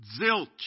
zilch